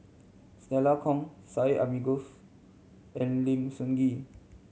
Stella Kon Syed Alsagoff and Lim Sun Gee